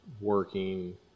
working